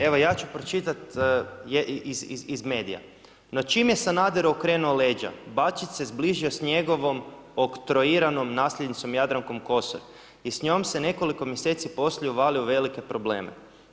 Evo, ja ću pročitat iz medija: „No, čim je Sanader okrenuo leđa, Bačić se zbližio s njegovom oktroiranom nasljednicom Jadrankom Kosor i s njom se nekoliko mjeseci poslije uvalio u velike probleme.